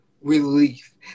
relief